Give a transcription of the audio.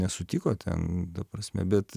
nesutiko ten ta prasme bet